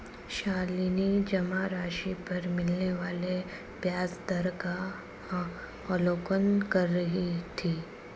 शालिनी जमा राशि पर मिलने वाले ब्याज दर का अवलोकन कर रही थी